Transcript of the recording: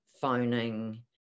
phoning